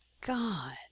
god